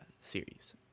series